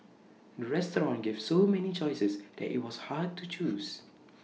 the restaurant gave so many choices that IT was hard to choose